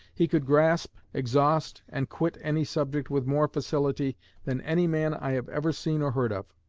he could grasp, exhaust, and quit any subject with more facility than any man i have ever seen or heard of.